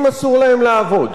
אם אסור להם לעבוד,